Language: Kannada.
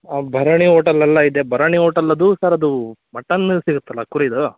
ಭರಣಿ ಓಟಲ್ ಎಲ್ಲ ಇದೆ ಭರಣಿ ಓಟಲ್ ಅದು ಸರ್ ಅದು ಮಟನ್ ಸಿಗುತ್ತಲ್ಲ ಕುರಿದು